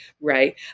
right